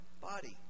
body